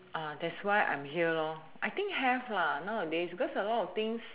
uh that's why I'm here lor I think have lah nowadays because a lot of things